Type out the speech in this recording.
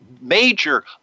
major